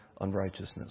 unrighteousness